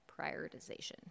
prioritization